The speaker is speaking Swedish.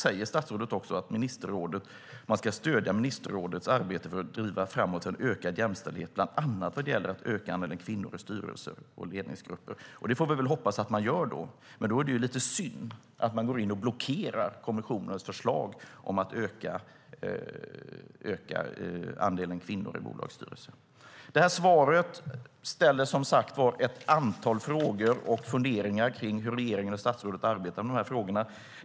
Statsrådet säger att man ska stödja ministerrådets arbete för att driva "framåt för en ökad jämställdhet, bland annat vad gäller att öka andelen kvinnor i styrelser och ledningsgrupper", och det får vi väl hoppas att man gör. Men då är det lite synd att man går in och blockerar kommissionens förslag om att öka andelen kvinnor i bolagsstyrelser. Svaret väcker som sagt ett antal frågor och funderingar kring hur regeringen och statsrådet arbetar med detta.